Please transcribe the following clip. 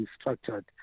structured